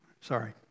Sorry